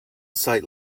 sight